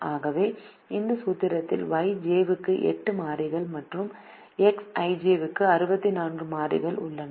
ஆகவே இந்த சூத்திரத்தில் Yj க்கு 8 மாறிகள் மற்றும் Xij க்கு 64 மாறிகள் உள்ளன